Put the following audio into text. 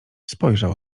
spojrzał